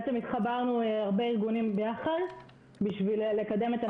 התחברנו הרבה ארגונים ביחד בשביל לקדם את הנושא הזה.